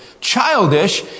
Childish